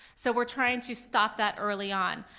so we're trying to stop that early on,